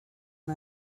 and